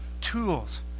tools